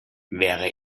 wäre